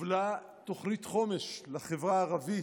והובלה תוכנית חומש לחברה הערבית.